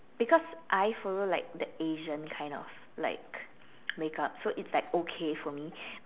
because I follow like the Asian kind of like makeup so it's like okay for me